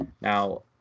Now